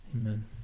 Amen